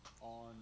on